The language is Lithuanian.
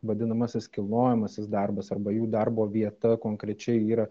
vadinamasis kilnojamasis darbas arba jų darbo vieta konkrečiai yra